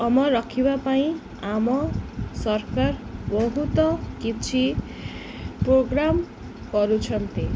ଅମର ରଖିବା ପାଇଁ ଆମ ସରକାର ବହୁତ କିଛି ପ୍ରୋଗ୍ରାମ କରୁଛନ୍ତି